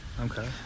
okay